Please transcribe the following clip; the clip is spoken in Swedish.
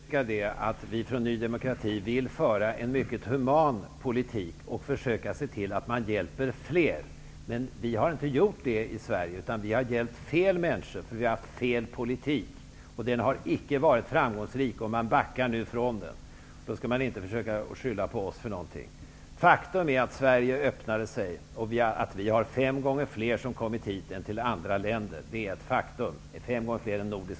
Herr talman! Jag vill bara påpeka att vi i Ny demokrati vill föra en mycket human politik och försöka se till att man hjälper fler. Men vi i Sverige har inte gjort det, utan vi har hjälpt fel människor därför att vi har haft fel politik. Politiken har icke varit framgångsrik, och man backar nu från den. Då skall man inte försöka skylla på oss. Faktum är att Sverige öppnade sig och att fem gånger fler har kommit hit än som kommit till de nordiska länderna sammantagna.